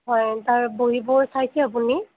হয় তাৰ বহীবোৰ চাইছে আপুনি